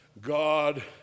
God